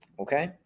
okay